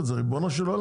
ריבונו של עולם,